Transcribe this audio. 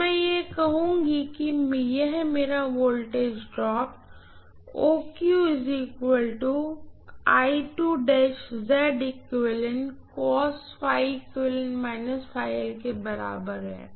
तो मैं यह कहूँगी कि मेरा वोल्टेज ड्राप के बराबर है